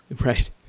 right